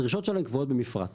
הדרישות שלהם קבועות במפרט.